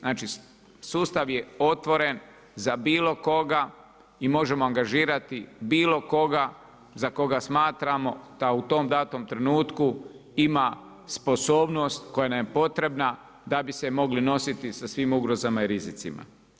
Znači, sustav je otvoren za bilo koga i možemo angažirati bilo koga za koga smatramo da u tom datom trenutku ima sposobnost koja nam je potrebna da bi se mogli nositi sa svim ugrozama i rizicima.